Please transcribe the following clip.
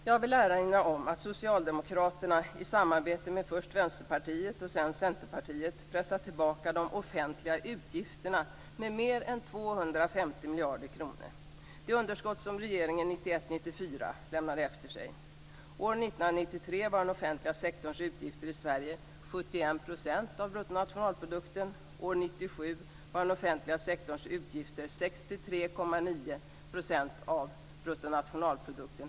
Jag vill erinra om att Socialdemokraterna i samarbete med först Vänsterpartiet och sedan Centerpartiet pressat tillbaka de offentliga utgifterna med mer än 250 miljarder kronor - det underskott som regeringen 1991-1994 lämnade efter sig. År 1993 var den offentliga sektorns utgifter i Sverige 71 % av bruttonationalprodukten. År 1997 var den offentliga sektorns utgifter 63,9 % av bruttonationalprodukten.